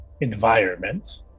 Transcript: environment